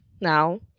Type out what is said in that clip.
now